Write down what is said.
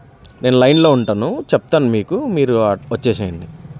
నేను లైన్లో ఉంటాను చెప్తాను మీకు మీరు వచ్చేసేయండి